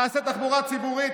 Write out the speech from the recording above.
תעשה תחבורה ציבורית,